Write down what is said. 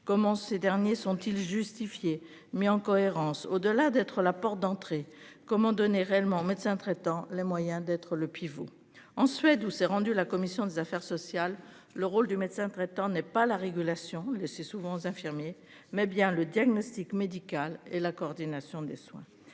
comment ces derniers sont-ils justifiés mais en cohérence au delà d'être la porte d'entrée. Comment donner réellement médecin traitant les moyens d'être le pivot en Suède où s'est rendue la commission des affaires sociales. Le rôle du médecin traitant n'est pas la régulation et c'est souvent infirmier mais bien le diagnostic médical et la coordination des soins,